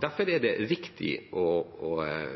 Derfor er det viktig å